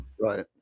Right